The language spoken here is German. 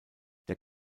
der